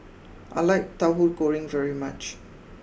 I like Tahu Goreng very much